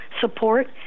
support